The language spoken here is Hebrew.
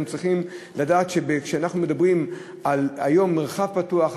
אנחנו צריכים לדעת שאנחנו מדברים על מרחב פתוח,